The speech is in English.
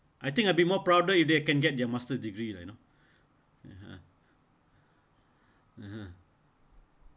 I think I'll be more prouder if they can get their master degree lah you know (uh huh) (uh huh)